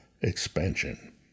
expansion